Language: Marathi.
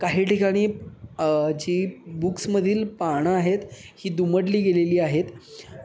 काही ठिकाणी जी बुक्समधील पानं आहेत ही दुमडली गेलेली आहेत